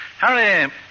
Harry